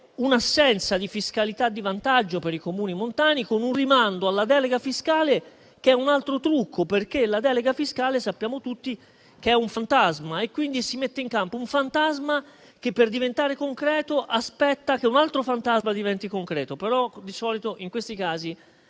l'assenza di una fiscalità di vantaggio per i Comuni montani, con un rimando alla delega fiscale che è un altro trucco, perché sappiamo tutti che è un fantasma: si mette quindi in campo un fantasma che, per diventare concreto, aspetta che un altro fantasma diventi concreto. Di solito però in questi casi